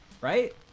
right